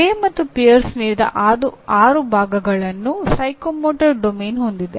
grey ಮತ್ತು Pierce ನೀಡಿದ 6 ವಿಭಾಗಗಳನ್ನು ಮನೋಪ್ರೇರಣಾ ಕ್ಷೇತ್ರ ಹೊಂದಿದೆ